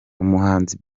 umuhanzi